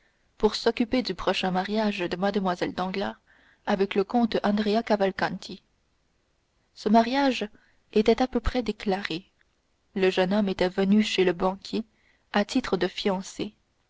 pour s'occuper du prochain mariage de mlle danglars avec le comte andrea cavalcanti ce mariage était à peu près déclaré le jeune homme était reçu chez le banquier à titre de fiancé